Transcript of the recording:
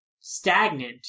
stagnant